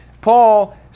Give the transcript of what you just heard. Paul